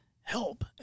help